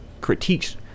critiques